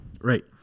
right